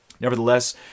nevertheless